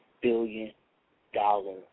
billion-dollar